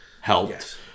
helped